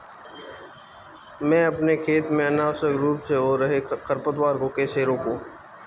मैं अपने खेत में अनावश्यक रूप से हो रहे खरपतवार को कैसे रोकूं?